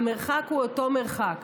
המרחק הוא אותו מרחק.